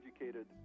educated